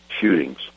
shootings